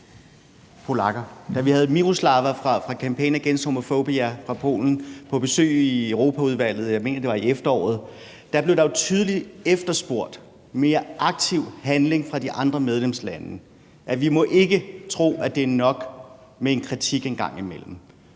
Da vi havde Mirosława fra Campaign Against Homophobia fra Polen på besøg i Europaudvalget – jeg mener, det var i efteråret – blev der jo tydeligt efterspurgt mere aktiv handling fra de andre medlemslande. Vi må ikke tro, at det er nok med en kritik en gang imellem.